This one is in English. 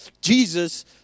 Jesus